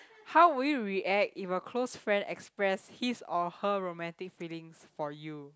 how will you react if a close friend express his or her romantic feelings for you